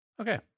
Okay